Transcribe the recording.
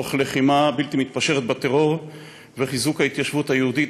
תוך לחימה בלתי מתפשרת בטרור וחיזוק ההתיישבות היהודית,